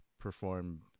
perform